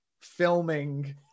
filming